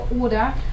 order